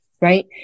Right